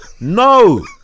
No